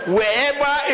Wherever